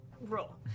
roll